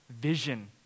vision